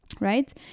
Right